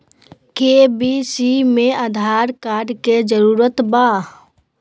KYC में Aadhaar card के जरूरत बा?